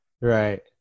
Right